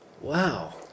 Wow